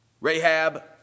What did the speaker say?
Rahab